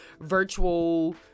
virtual